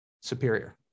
superior